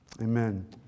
amen